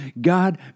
God